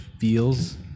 feels